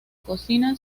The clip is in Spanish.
cocina